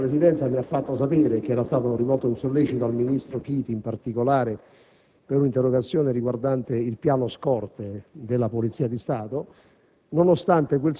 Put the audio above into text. che cortesemente la Presidenza mi abbia fatto sapere che era stato rivolto un sollecito al ministro Chiti, relativamente ad un'interrogazione sul piano scorte della Polizia di Stato.